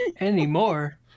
Anymore